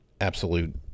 absolute